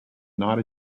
not